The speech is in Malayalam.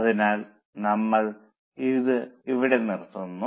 അതിനാൽ നമ്മൾ ഇത് ഇവിടെ നിർത്തുന്നു